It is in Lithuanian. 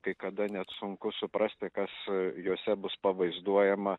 kai kada net sunku suprasti kas jose bus pavaizduojama